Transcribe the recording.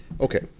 Okay